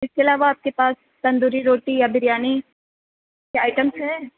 اِس کے علاوہ آپ کے پاس تندوری روٹی یا بریانی یہ آئٹمس ہے